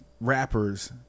rappers